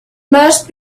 must